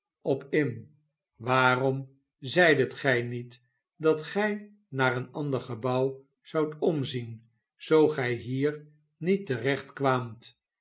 op in waarom zeidet gij niet dat gij naar een ander gebouw zoudt omzien zoo gij hier niet terecht kwaamt